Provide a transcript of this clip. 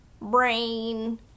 Brain